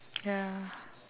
ya